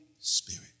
Spirit